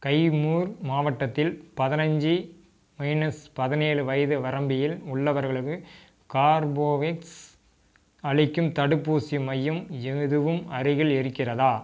கைமூர் மாவட்டத்தில் பதினஞ்சி மைனஸ் பதினேழு வயது வரம்பியில் உள்ளவர்களுக்கு கார்போவேக்ஸ் அளிக்கும் தடுப்பூசி மையம் எதுவும் அருகில் இருக்கிறதா